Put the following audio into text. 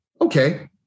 Okay